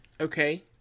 Okay